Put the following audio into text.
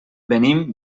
venim